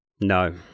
No